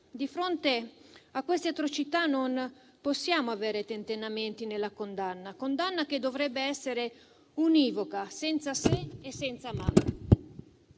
Di fronte a queste atrocità non possiamo avere tentennamenti nella condanna, che dovrebbe essere univoca, senza se e senza ma.